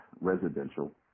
residential